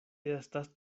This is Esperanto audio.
estas